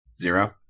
Zero